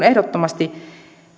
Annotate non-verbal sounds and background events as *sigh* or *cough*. *unintelligible* ehdottomasti